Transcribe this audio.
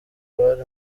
bari